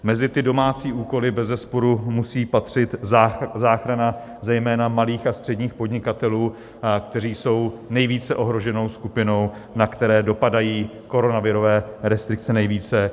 Mezi ty domácí úkoly bezesporu musí patřit záchrana zejména malých a středních podnikatelů, kteří jsou nejvíce ohroženou skupinou, na které dopadají koronavirové restrikce nejvíce.